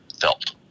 felt